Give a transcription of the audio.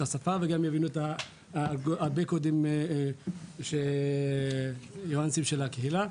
השפה וגם יבינו הרבה קודם ניואנסים של הקהילה.